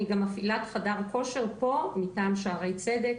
אני גם מפעילת חדר כושר פה מטעם שערי צדק